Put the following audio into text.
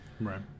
right